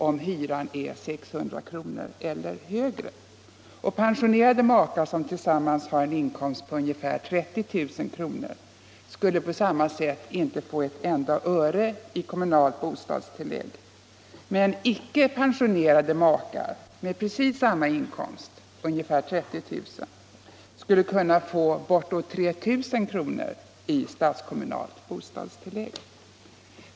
om hyran är 600 kr. eller högre. Pensionerade makar som tillsammans har en inkomst på ca 30 000 kr. skulle på samma sätt inte få ett enda öre i kommunalt bostadstillägg. Men icke pensionerade makar med precis samma inkomst — ungefär 30 000 kr. — skulle kunna få bortåt 3000 kr. i statskommunalt bostadstillägg.